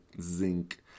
zinc